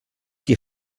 qui